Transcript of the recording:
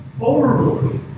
overboard